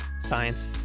science